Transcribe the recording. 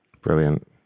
Brilliant